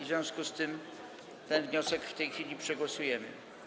W związku z tym ten wniosek w tej chwili przegłosujemy.